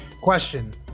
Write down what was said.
Question